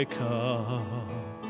come